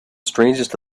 strangest